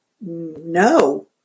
no